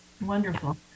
wonderful